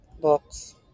books